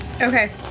Okay